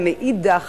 ומאידך